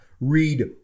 Read